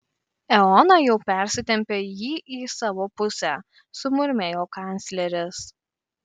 eoną jau persitempė jį į savo pusę sumurmėjo kancleris